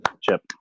Chip